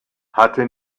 hatte